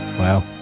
Wow